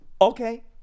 okay